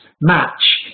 match